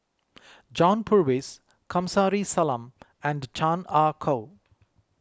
John Purvis Kamsari Salam and Chan Ah Kow